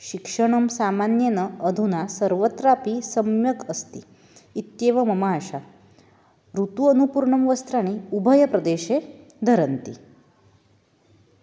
शिक्षणं सामान्येन अधुना सर्वत्रापि सम्यक् अस्ति इत्येव मम आशा ऋतु अनुपूर्णं वस्त्राणि उभयप्रदेशे धरन्ति